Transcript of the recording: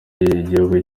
igihugu